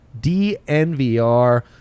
DNVR